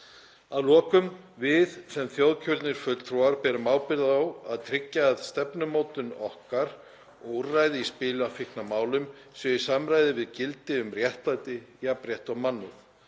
Að lokum. Við sem þjóðkjörnir fulltrúar berum ábyrgð á að tryggja að stefnumótun okkar og úrræði í spilafíknarmálum séu í samræmi við gildi um réttlæti, jafnrétti og mannúð.